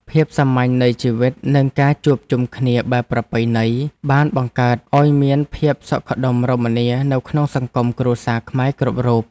ភាពសាមញ្ញនៃជីវិតនិងការជួបជុំគ្នាបែបប្រពៃណីបានបង្កើតឱ្យមានភាពសុខដុមរមនានៅក្នុងសង្គមគ្រួសារខ្មែរគ្រប់រូប។